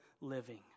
living